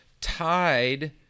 tied